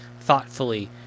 thoughtfully